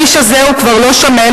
האיש הזה הוא כבר לא שמן,